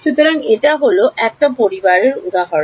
সুতরাং এটা হল এটা হল এই পরিবারের উদাহরণ